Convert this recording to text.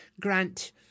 grant